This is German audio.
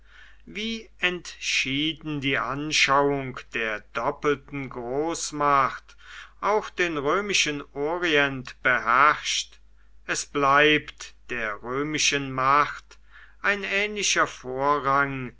wie entschieden die anschauung der doppelten großmacht auch den römischen orient beherrscht es bleibt der römischen macht ein ähnlicher vorrang